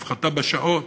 הפחתה בשעות,